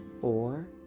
four